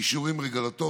(אישורים רגולטוריים).